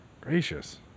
Gracious